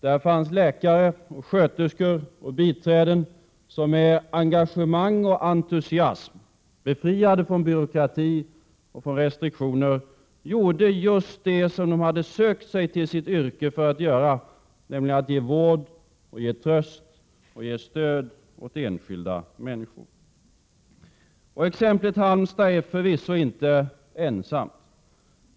Där fanns läkare och sköterskor och biträden som med engagemang och entusiasm — befriade från byråkrati och restriktioner — gjorde just det som de sökt sig till sitt yrke för att göra, nämligen att ge vård, tröst och stöd åt enskilda människor. Exemplet från Halmstad är förvisso inte ensamt.